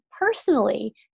personally